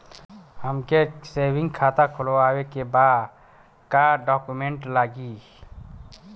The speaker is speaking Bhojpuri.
हमके सेविंग खाता खोलवावे के बा का डॉक्यूमेंट लागी?